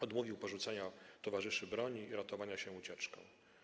Odmówił porzucenia towarzyszy broni i ratowania się ucieczką.